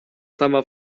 sama